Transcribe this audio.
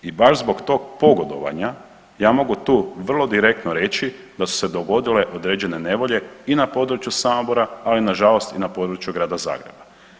I baš zbog tog pogodovanja ja mogu tu vrlo direktno reći da su se dogodile određene nevolje i na području Samobora, ali nažalost i na području Grada Zagreba.